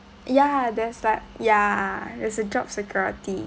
ya there's like ya there's a job security